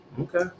Okay